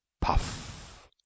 puff